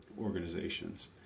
organizations